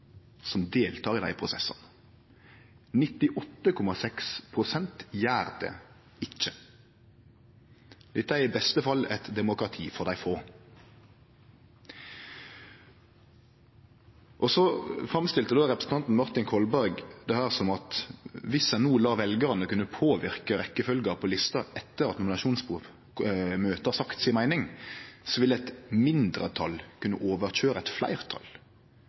som deltek i dei prosessane – 98,6 pst. gjer det ikkje. Dette er i beste fall eit demokrati for dei få. Representanten Martin Kolberg framstilte dette som at dersom ein no lèt veljarane kunne påverke rekkefølgja på lista etter at nominasjonsmøtet har sagt si meining, vil eit mindretal kunne køyre over eit fleirtal.